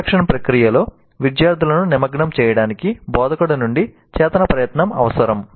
reflection ప్రక్రియలో విద్యార్థులను నిమగ్నం చేయడానికి బోధకుడి నుండి చేతన ప్రయత్నం అవసరం